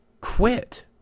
quit